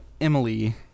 Emily